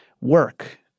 work